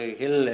hill